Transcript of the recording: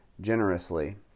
generously